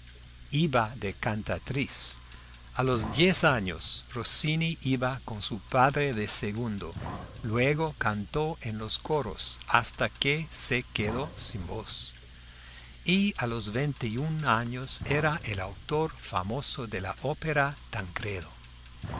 iba de cantatriz a los diez años rossini iba con su padre de segundo luego cantó en los coros hasta que se quedó sin voz y a los veintiún años era el autor famoso de la ópera tancredo